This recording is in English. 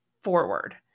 forward